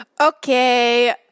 Okay